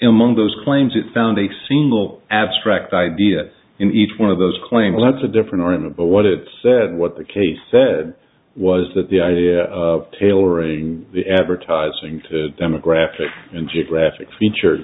among those claims it found a single abstract idea in each one of those claim lots of different but what it said what the case said was that the idea of tailoring the advertising to demographic and geographic feature